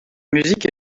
musique